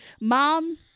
Mom